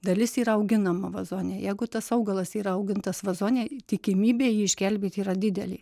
dalis yra auginama vazone jeigu tas augalas yra augintas vazone tikimybė jį išgelbėt yra didelė